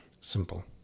simple